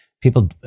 People